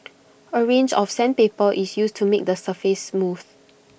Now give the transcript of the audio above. A range of sandpaper is used to make the surface smooth